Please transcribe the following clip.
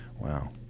Wow